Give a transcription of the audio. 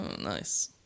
nice